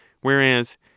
Whereas